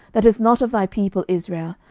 that is not of thy people israel,